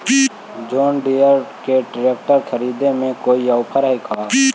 जोन Deere के ट्रेकटर खरिदे में कोई औफर है का?